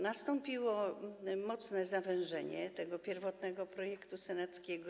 Nastąpiło mocne zawężenie tego pierwotnego projektu senackiego.